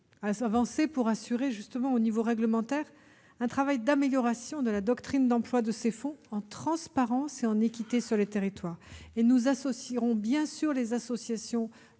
d'avancer pour assurer au niveau réglementaire un travail d'amélioration de la doctrine d'emploi de ces fonds, en transparence et en équité sur les territoires. Nous allons bien intégrer les associations aux